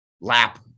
lap